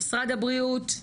משרד הבריאות,